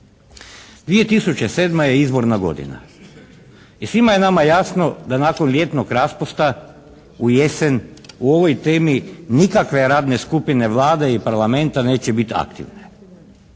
2007. je izborna godina i svima je nama jasno da nakon ljetnog raspusta, u jesen o ovoj temi nikakve radne skupine Vlade i Parlamenta neće biti aktivne.